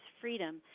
freedom